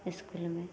इसकुलमे